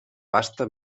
vasta